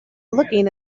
looking